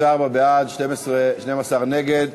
24 בעד, 12 נגד.